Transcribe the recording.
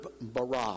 bara